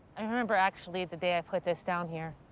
i remember actually the day i put this stone here.